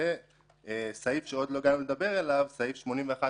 לגבי הסעיף שעוד לא הגענו לדבר עליו, סעיף 81א3,